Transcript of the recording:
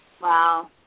Wow